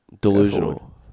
Delusional